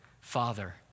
father